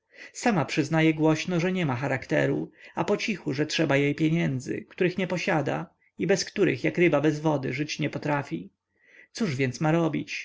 sama przyznaje głośno że nie ma charakteru a pocichu że trzeba jej pieniędzy których nie posiada i bez których jak ryba bez wody żyć nie potrafi więc cóż ma robić